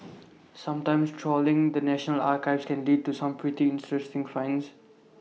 sometimes trawling the national archives can lead to some pretty interesting finds